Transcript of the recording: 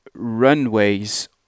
runways